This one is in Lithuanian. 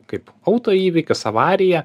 kaip autoįvykis avarija